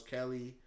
Kelly